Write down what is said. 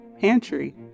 pantry